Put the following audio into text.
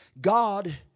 God